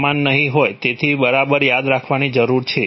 સમાન નહીં હોય તેથી તે બરાબર યાદ રાખવાની જરૂર છે